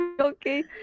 Okay